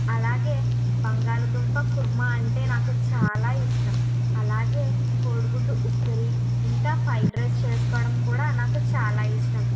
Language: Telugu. అలాగే బంగాళదుంప కుర్మా అంటే నాకు చాలా ఇష్టం అలాగే కోడిగుడ్డు ఉక్కిరి ఇంకా ఫ్రైడ్ రైస్ చేసుకోవడం కూడా నాకు చాలా ఇష్టం